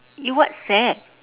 you whatsapp